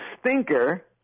stinker